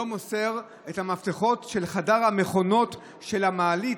לא מוסר את המפתחות של חדר המכונות של המעלית?